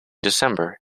december